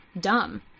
dumb